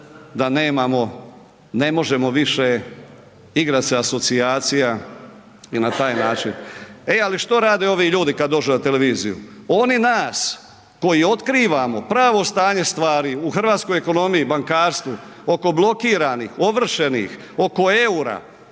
ne možemo više igrat se asocijacija i na taj način. E ali što rade ovi ljudi kad dođu na televiziju? Oni nas koji otkrivamo pravo stanje stvari u hrvatskoj ekonomiji, bankarstvu, oko blokiranih, ovršenih, oko EUR-a,